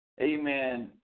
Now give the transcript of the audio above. amen